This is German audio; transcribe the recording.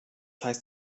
heißt